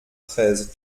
treize